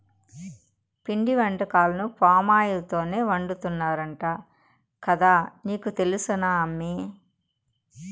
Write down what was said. పిండి వంటకాలను పామాయిల్ తోనే వండుతున్నారంట కదా నీకు తెలుసునా అమ్మీ